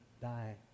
die